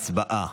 הצבעה.